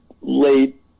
late